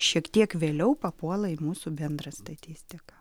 šiek tiek vėliau papuola į mūsų bendrą statistiką